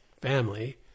family